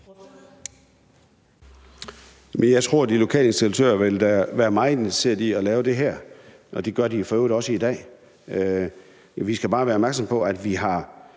jeg tror da, at de lokale installatører vil være meget interesseret i at lave det her, og det gør de for øvrigt også i dag. Vi skal bare være opmærksomme på, at vi på